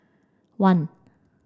one